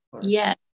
Yes